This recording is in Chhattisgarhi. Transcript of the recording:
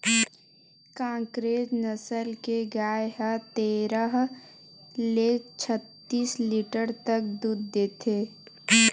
कांकरेज नसल के गाय ह तेरह ले छत्तीस लीटर तक दूद देथे